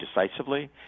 decisively